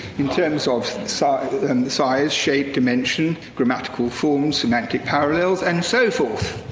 in terms of size size, shape, dimension, grammatical form, semantic parallels, and so forth.